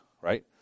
right